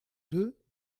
deux